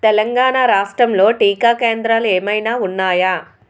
తెలంగాణా రాష్ట్రంలో టీకా కేంద్రాలు ఏమైనా ఉన్నాయా